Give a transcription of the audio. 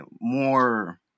more